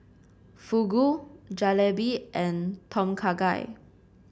Fugu Jalebi and Tom Kha Gai